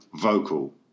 vocal